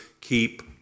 keep